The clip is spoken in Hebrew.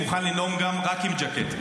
אני מוכן לנאום גם רק עם ז'קט.